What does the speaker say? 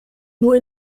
nur